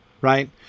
right